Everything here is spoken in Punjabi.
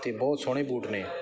ਅਤੇ ਬਹੁਤ ਸੋਹਣੇ ਬੂਟ ਨੇ